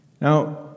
Now